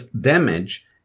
damage